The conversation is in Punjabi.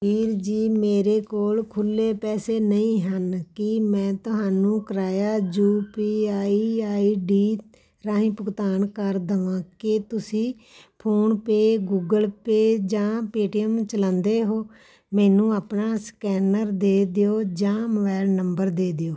ਵੀਰ ਜੀ ਮੇਰੇ ਕੋਲ ਖੁੱਲ੍ਹੇ ਪੈਸੇ ਨਹੀਂ ਹਨ ਕੀ ਮੈਂ ਤੁਹਾਨੂੰ ਕਿਰਾਇਆ U P I I D ਰਾਹੀਂ ਭੁਗਤਾਨ ਕਰ ਦੇਵਾਂ ਕੀ ਤੁਸੀਂ ਫੋਨਪੇ ਗੂਗਲ ਪੇ ਜਾਂ ਪੇਟੀਐਮ ਚਲਾਉਂਦੇ ਹੋ ਮੈਨੂੰ ਆਪਣਾ ਸਕੈਨਰ ਦੇ ਦਿਓ ਜਾਂ ਮੋਬਾਇਲ ਨੰਬਰ ਦੇ ਦਿਓ